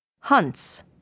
Hunts